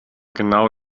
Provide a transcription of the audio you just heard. genau